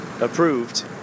approved